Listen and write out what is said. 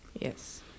Yes